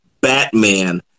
Batman